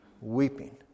weeping